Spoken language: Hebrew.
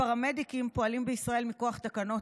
הפרמדיקים פועלים בישראל מכוח תקנות